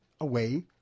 away